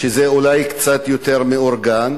שזה אולי קצת יותר מאורגן.